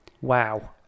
Wow